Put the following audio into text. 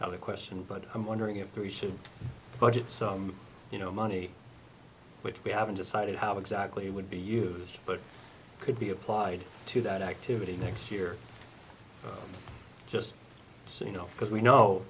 other question but i'm wondering if we should budget some you know money which we haven't decided how exactly would be used but could be applied to that activity next year just so you know because we know